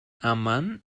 amman